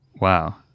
Wow